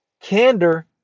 candor